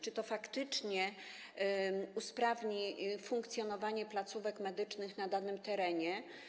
Czy to faktycznie usprawni funkcjonowanie placówek medycznych na danym terenie?